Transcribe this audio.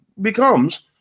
becomes